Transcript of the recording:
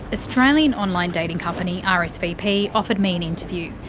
australian online dating company ah rsvp offered me an interview.